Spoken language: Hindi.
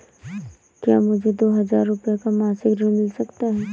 क्या मुझे दो हजार रूपए का मासिक ऋण मिल सकता है?